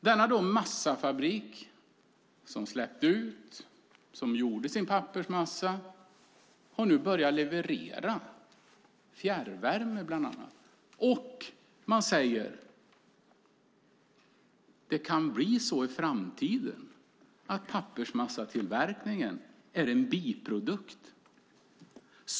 Denna massafabrik som tillverkade pappersmassa och orsakade utsläpp har nu börjat leverera fjärrvärme bland annat. Man säger att det i framtiden kan bli så att pappersmassatillverkningen är en biprodukt.